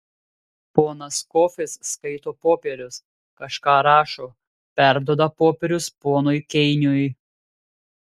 ponas kofis skaito popierius kažką rašo perduoda popierius ponui keiniui